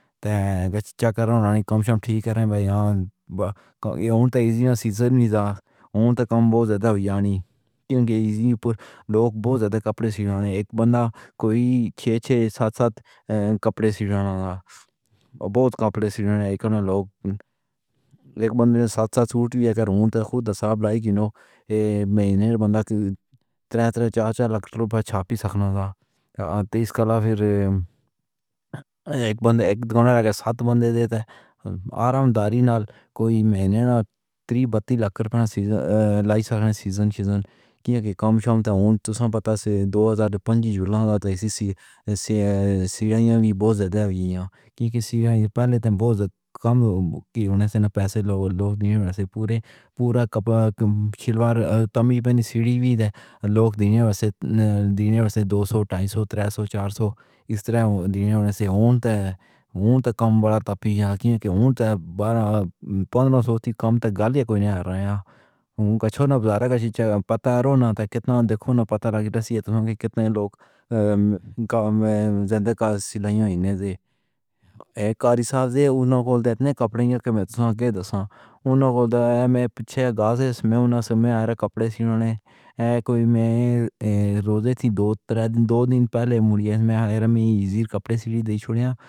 دیکھیں، چیک کر رہا ہاں۔ کم از کم ٹھیک کرین۔ بھائی کو ہن تک سیزن نئیں ہا۔ اُنہاں توں کم بہوں زیادہ تھیونڑی چاہیدی اے۔ ایزی تے لوک بہوں زیادہ کپڑے سلواندے نیں۔ ہک بندہ کوئی چھے چھے، ست ست کپڑے سلواندا اے تے بہوں سارے کپڑے سلواۓ۔ ہکاں نے لوکاں ہک بندے نے ست ست سوٹ گھن کے اُنہاں دا خود حساب لایا کہ نو مہینے بندہ تن تن، چار چار لکھ روپے چھاپ سکدا ہا۔ اِس دے علاوہ پھر ہک بندہ، ہک توں ست بندے آرامداری نال کوئی مہینے دو تن لکھ روپے لائسنس اے۔ کیوں کہ کم از کم تاں پتہ اے دو ہزار پنجی ملاقات توں سیڑھیاں وی بہوں زیادہ گئیاں نیں۔ پہلے تاں بہوں کم ہوون توں ناں پیسے لوکاں کوں پورا کپ کھیلاڑ وی ڈیون توں دوسو، ڑایسو، چارسو ایں طرحاں تھیندا ہا۔ اُنہاں تے کم پوندا اے کہ اُنہاں تے بارا، پنداسو توں کم تے کوئی نئیں آندا ہووے۔ کچھورا بازار۔ پتھراں نے چکنا ڈیکھو ناں پتھر کتنے لوک زندگی توں گھن گئے نیں۔ ہک صاحب توں اُنہاں نے کپڑے دی قیمت تاں ٹھیک اے ناں؟ اُس ویلے کپڑے سلوانے کوں وی روزانہ تن دو دو ڈینہ پہلے میکوں او کپڑے سیدھے چھوڑے۔